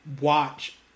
watch